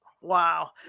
Wow